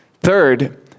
Third